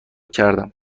کردم